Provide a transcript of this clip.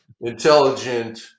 intelligent